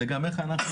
זה גם איך אנחנו